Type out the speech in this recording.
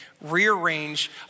rearrange